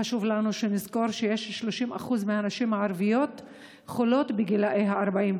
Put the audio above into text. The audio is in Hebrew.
חשוב לנו לזכור ש-30% מהנשים הערביות חולות בגיל 40,